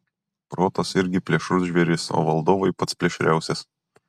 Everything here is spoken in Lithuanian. protas irgi plėšrus žvėris o valdovui pats plėšriausias